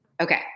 Okay